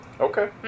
Okay